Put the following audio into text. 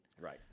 Right